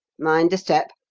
mind the step!